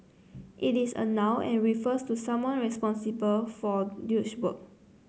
it is a noun and refers to someone responsible for work